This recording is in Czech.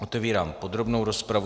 Otevírám podrobnou rozpravu.